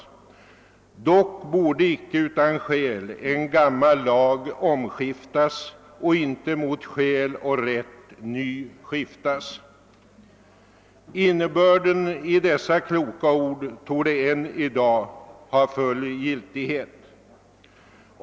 Dock borde icke utan skäl en gammal lag omskiftas och inte mot skäl och rätt nyskiftas. Innebörden i dessa kloka ord torde än i dag ha full giltighet.